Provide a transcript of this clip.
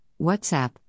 WhatsApp